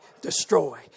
destroy